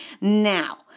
Now